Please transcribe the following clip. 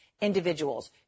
individuals